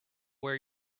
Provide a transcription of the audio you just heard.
where